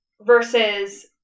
Versus